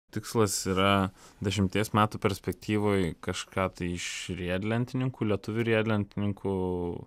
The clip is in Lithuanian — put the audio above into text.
tikslas yra dešimties metų perspektyvoj kažką tai iš riedlentininkų lietuvių riedlentininkų